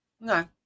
no